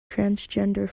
transgender